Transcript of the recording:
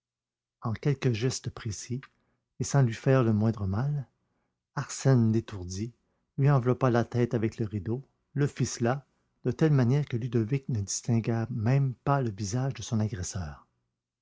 en quelques gestes précis et sans lui faire le moindre mal arsène l'étourdit lui enveloppa la tête avec le rideau le ficela et de telle manière que ludovic ne distingua même pas le visage de son agresseur